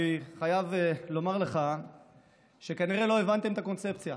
אני חייב לומר לך שכנראה לא הבנתם את הקונספציה.